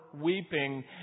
weeping